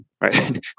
right